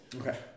Okay